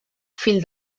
fill